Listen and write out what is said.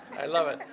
i love it.